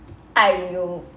I know